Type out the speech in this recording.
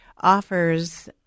offers